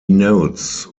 notes